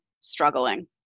struggling